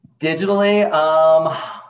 Digitally